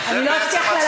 אני לא עשיתי הכללה.